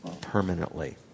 permanently